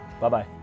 Bye-bye